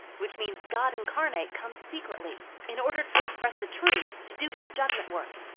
which means god incarnate comes secretly in order to express the truth to do his judgment work.